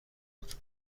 بود